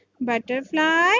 butterfly